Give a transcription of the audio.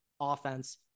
offense